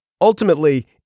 Ultimately